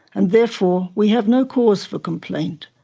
and therefore we have no cause for complaint,